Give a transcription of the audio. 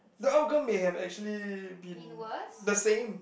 the outcome may have actually been the same